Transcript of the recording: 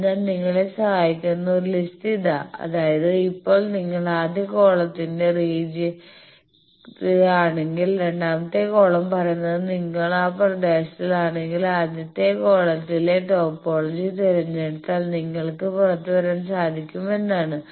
അതിനാൽ നിങ്ങളെ സഹായിക്കുന്ന ഒരു ലിസ്റ്റ് ഇതാ അതായത് ഇപ്പോൾ നിങ്ങൾ ആദ്യ കോളത്തിന്റെ റീജിയനിൽ ആണെങ്കിൽ രണ്ടാമത്തെ കോളം പറയുന്നത് നിങ്ങൾ ആ പ്രദേശങ്ങളിലാണെങ്കിൽ ആദ്യത്തെ കോളത്തിലെ ടോപ്പോളജി തിരഞ്ഞെടുത്താൽ നിങ്ങൾക്ക് പുറത്തുവരാൻ സാധിക്കും എന്നാണ്